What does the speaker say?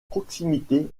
proximité